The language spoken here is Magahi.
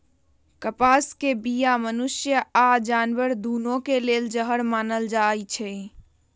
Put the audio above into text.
कपास के बीया मनुष्य आऽ जानवर दुन्नों के लेल जहर मानल जाई छै